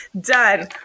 Done